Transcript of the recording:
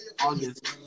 August